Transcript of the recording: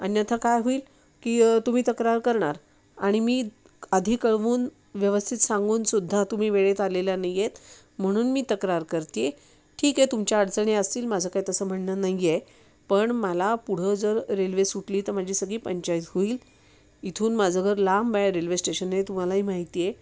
अन्यथा काय होईल की तुम्ही तक्रार करणार आणि मी आधी कळवून व्यवस्थित सांगूनसुद्धा तुम्ही वेळेत आलेला नाही आहेत म्हणून मी तक्रार करते आहे ठीक आहे तुमच्या अडचणी असतील माझं काय तसं म्हणणं नाही आहे पण मला पुढं जर रेल्वे सुटली तर माझी सगळी पंचायत होईल इथून माझं घर लांब आहे रेल्वे स्टेशन आहे तुम्हालाही माहिती आहे